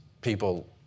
people